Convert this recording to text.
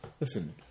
Listen